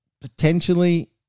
potentially